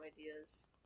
ideas